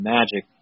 Magic